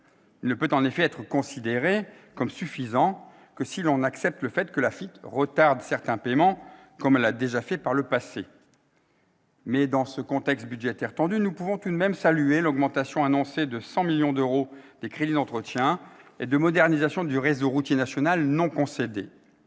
Il ne peut en effet être considéré comme suffisant que si l'on accepte le fait que l'agence retarde certains paiements, comme elle l'a fait par le passé. Mais dans ce contexte budgétaire tendu, nous pouvons tout de même saluer l'augmentation annoncée de 100 millions d'euros des crédits d'entretien et de modernisation du réseau routier national non concédé.